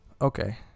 Okay